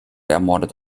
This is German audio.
ermordet